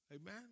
Amen